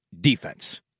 defense